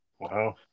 Wow